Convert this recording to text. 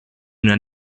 una